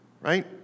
right